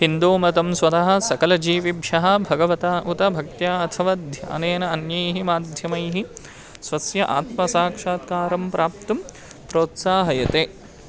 हिन्दुमतं स्वतः सकलजीविभ्यः भगवता उत भक्त्या अथवा ध्यानेन अन्यैः माध्यमैः स्वस्य आत्मसाक्षात्कारं प्राप्तुं प्रोत्साहयते